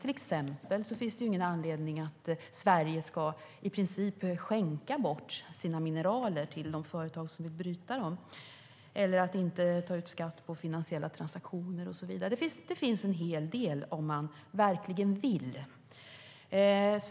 Till exempel finns det ingen anledning att Sverige ska i princip skänka bort sina mineraler till de företag som vill bryta dem eller att inte ta ut skatt på finansiella transaktioner och så vidare. Det finns en hel del att göra om man verkligen vill.